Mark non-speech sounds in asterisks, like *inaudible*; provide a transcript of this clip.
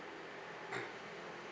*noise*